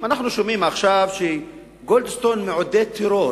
אנחנו שומעים עכשיו ש"גולדסטון מעודד טרור".